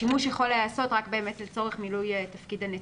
השימוש יכול להיעשות רק לצורך מילוי תפקיד הנציבות.